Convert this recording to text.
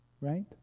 right